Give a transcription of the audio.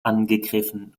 angegriffen